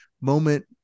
moment